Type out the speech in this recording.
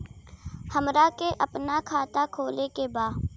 हमरा के अपना खाता खोले के बा?